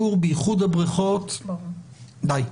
בייחוד סיפור הבריכות די.